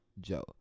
Joe